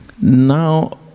Now